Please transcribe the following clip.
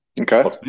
Okay